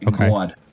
Okay